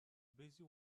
busy